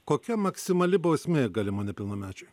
kokia maksimali bausmė galima nepilnamečiui